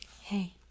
hey